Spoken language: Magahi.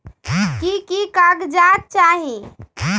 की की कागज़ात चाही?